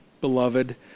beloved